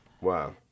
Wow